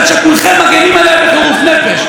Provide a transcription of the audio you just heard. שכולכם מגינים עליה בחירוף נפש,